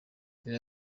reba